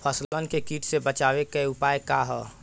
फसलन के कीट से बचावे क का उपाय है?